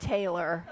Taylor